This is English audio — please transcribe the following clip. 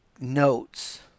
notes